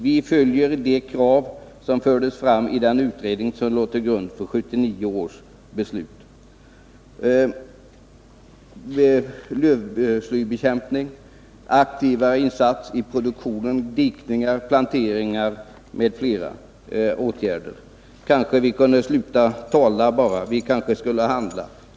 Vi följer de krav som fördes fram av den utredning som låg till grund för 1979 års beslut: lövslybekämpning, aktiva insatser i produktionen, dikningar, planteringar m.fl. åtgärder. Kanske vi kunde sluta tala och börja handla.